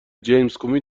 جیمزکومی